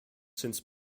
since